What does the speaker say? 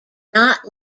not